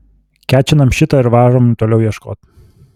kečinam šitą ir varom toliau ieškot